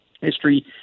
history